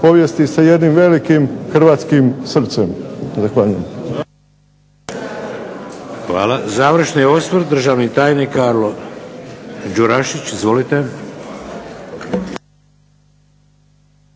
povijesti sa jednim velikim hrvatskim srcem. Zahvaljujem.